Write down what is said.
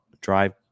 drive